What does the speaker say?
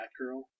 batgirl